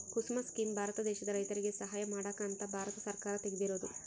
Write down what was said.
ಕುಸುಮ scheme Bharat ದೇಶದ ರೈತರಿಗೆ ಸಹಾಯ ಮಾಡಕ ಅಂತ ಭಾರತ ಸರ್ಕಾರ ತೆಗ್ದಿರೊದು